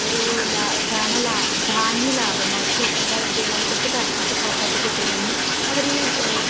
ഒരു ലാഭം ധന ലാഭം ധാന്യ ലാഭം അവർക്ക് കിട്ടേണ്ട വിളവെടുപ്പ് കറക്റ്റ് ആയിട്ട് പ്രോപ്പറായിട്ട് കിട്ടിയില്ലെങ്കിൽ അവർ